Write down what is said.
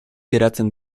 geratzen